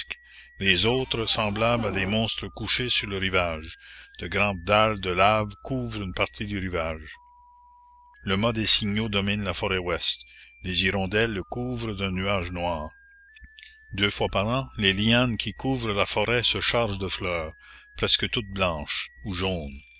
les autres semblables à des monstres couchés sur le rivage de grandes dalles de lave couvrent une partie du rivage la commune le mât des signaux domine la forêt ouest les hirondelles le couvrent d'un nuage noir deux fois par an les lianes qui couvrent la forêt se chargent de fleurs presque toutes blanches ou jaunes